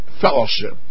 fellowship